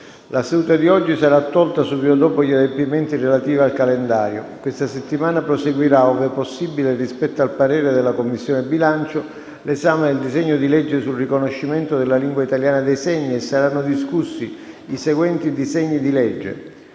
La seduta di oggi sarà tolta subito dopo gli adempimenti relativi al calendario. Questa settimana proseguirà - ove possibile rispetto al parere della Commissione bilancio - l’esame del disegno di legge sul riconoscimento della lingua italiana dei segni e saranno discussi i seguenti disegni di legge: